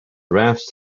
rafts